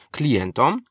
klientom